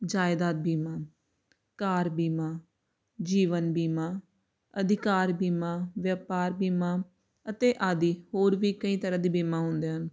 ਜਾਇਦਾਦ ਬੀਮਾ ਕਾਰ ਬੀਮਾ ਜੀਵਨ ਬੀਮਾ ਅਧਿਕਾਰ ਬੀਮਾ ਵਪਾਰ ਬੀਮਾ ਅਤੇ ਆਦਿ ਹੋਰ ਵੀ ਕਈ ਤਰ੍ਹਾਂ ਦੇ ਬੀਮਾ ਹੁੰਦੇ ਹਨ